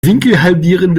winkelhalbierende